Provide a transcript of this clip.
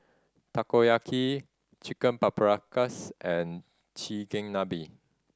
Takoyaki Chicken Paprikas and Chigenabe